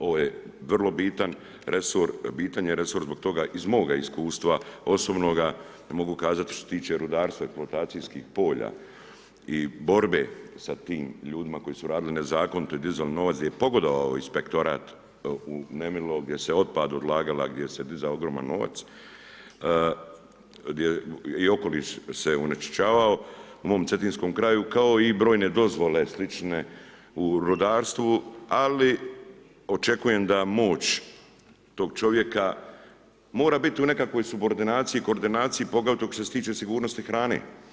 Ovo je vrlo bitan resor, bitan je resor zbog toga, iz moga iskustva osobnoga, ja mogu kazati što se tiče rudarstva i eksploatacijskih polja i borbe sa tim ljudima koji su radili nezakonito i dizali novac gdje je pogodovao inspektorat u nemilo gdje se otpad odlagala, gdje se dizao ogroman novac gdje i okoliš se onečišćavao u mom Cetinskom kraju kao i brojne dozvole slične u rudarstvu ali očekujem da moć tog čovjeka mora biti u nekakvoj subordinaciji, koordinaciji poglavito što se tiče sigurnosti hrane.